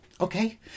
okay